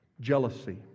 jealousy